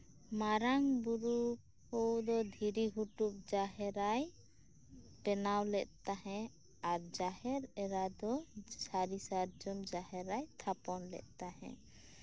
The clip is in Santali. ᱢᱟᱨᱟᱝ ᱵᱩᱨᱩ ᱫᱚ ᱫᱷᱤᱨᱤ ᱜᱷᱩᱴᱩ ᱡᱟᱦᱮᱨᱟᱭ ᱵᱮᱱᱟᱣᱞᱮᱫ ᱛᱟᱦᱮᱸᱫ ᱟᱨ ᱡᱟᱦᱮᱨ ᱮᱨᱟ ᱫᱚ ᱥᱟᱹᱨᱤ ᱥᱟᱨᱡᱚᱢ ᱡᱟᱦᱮᱨᱟᱭ ᱛᱷᱟᱯᱚᱱᱞᱮᱫ ᱛᱟᱦᱮᱸᱫ